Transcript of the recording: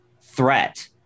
threat